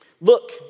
Look